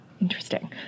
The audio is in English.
Interesting